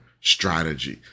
strategy